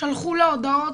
שלחו לה הודעות.